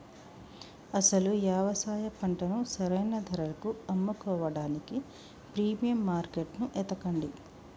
అసలు యవసాయ పంటను సరైన ధరలకు అమ్ముకోడానికి ప్రీమియం మార్కేట్టును ఎతకండి